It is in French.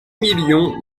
millions